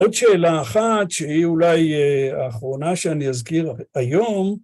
עוד שאלה אחת, שהיא אולי האחרונה שאני אזכיר היום